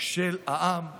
של העם היהודי.